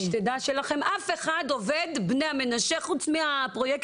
אבל אין לכם אף אחת עובד בני המנשה חוץ מהפרוייקטורים.